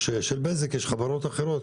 יש של בזק ויש חברות אחרות,